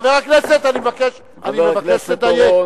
חברי הכנסת, אני מבקש לדייק.